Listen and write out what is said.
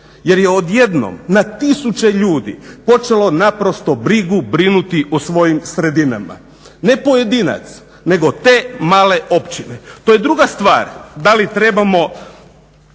jer je odjednom na tisuće ljudi počelo naprosto brigu brinuti o svojim sredinama. Ne pojedinac nego te male općine. To je druga stvar da li trebamo